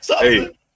Hey